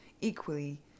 equally